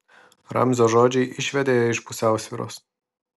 ramzio žodžiai išvedė ją iš pusiausvyros